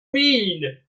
mean